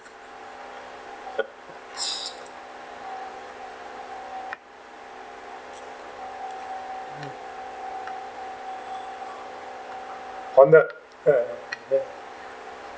honda uh uh